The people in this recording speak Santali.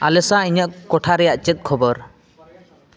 ᱟᱞᱮᱥᱟ ᱤᱧᱟᱹᱜ ᱠᱳᱴᱷᱟ ᱨᱮᱭᱟᱜ ᱪᱮᱫ ᱠᱷᱚᱵᱚᱨ